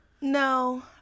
No